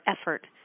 effort